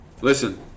Listen